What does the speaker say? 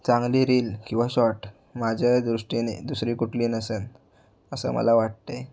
चांगली रील किंवा शॉर्ट माझ्यादृष्टीने दुसरी कुठली नसेन असं मला वाटते